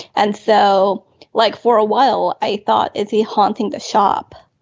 and so like for a while i thought is he haunting the shop.